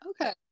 okay